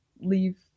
leave